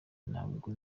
ntabwo